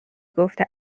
گفته